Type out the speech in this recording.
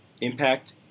impact